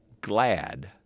glad